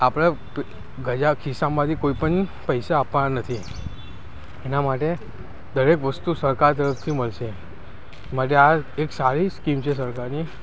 આપણે ગજવા ખીસ્સામાંથી કોઈ પણ પૈસા આપવાના નથી એના માટે દરેક વસ્તુ સરકાર તરફથી મળશે માટે આ એક સારી સ્કીમ છે સરકારની